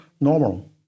normal